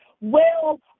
Well-